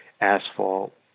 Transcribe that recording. asphalt